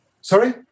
Sorry